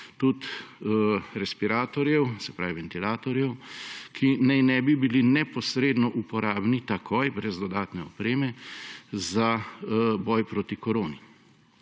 respiratorjev, se pravi ventilatorjev, ki naj ne bi bili neposredno uporabni, takoj, brez dodatne opreme, za boj proti koroni.